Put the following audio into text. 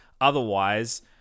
Otherwise